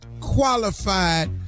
qualified